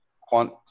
quant